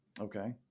Okay